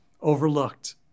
overlooked